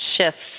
shifts